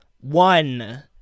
One